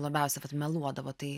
labiausia meluodavo tai